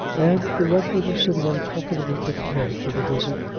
and the rector was sitting uncomfortably prepared for the visit,